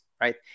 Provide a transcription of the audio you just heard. right